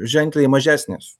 ženkliai mažesnės